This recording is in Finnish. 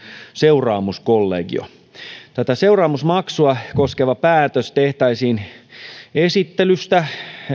seuraamuskollegio tätä seuraamusmaksua koskeva päätös tehtäisiin esittelystä